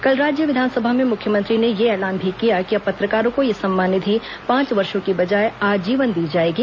कल राज्य विधानसभा में मुख्यमंत्री ने यह ऐलान भी किया कि अब पत्रकारों को यह सम्मान निधि पांच वर्षो की बजाए आजीवन दी जाएगी